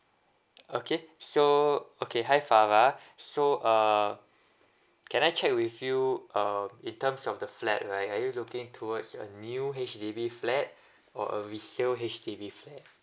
okay so okay hi farah so uh can I check with you uh in terms of the flat right are you looking towards a new H_D_B flat or a resale H_D_B flat